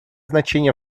значение